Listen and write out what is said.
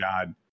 God